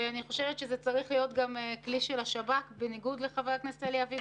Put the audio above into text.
ואני גם חושבת שצריך להיות גם כלי של השב"כ,